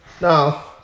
now